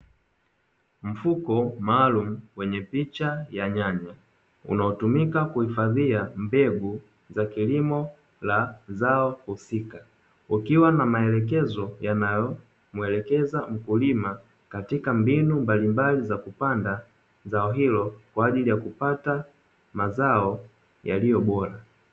Mfuko maalumu wenye picha ya nyanya unaotumika kuhifadhia mbegu za kilimo la zao husika, kukiwa na maelekezo wanayomuelekeza mkulima katika mbinu mbalimbali za kupanda zao hilo kwa ajili ya kupata mazao yaliyo bora.